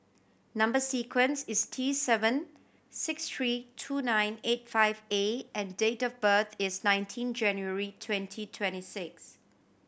number sequence is T seven six three two nine eight five A and date of birth is nineteen January twenty twenty six